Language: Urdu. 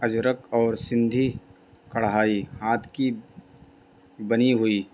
اجرک اور سندھی کڑھائی ہاتھ کی بنی ہوئی